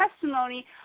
testimony